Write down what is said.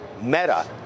Meta